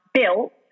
built